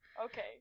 Okay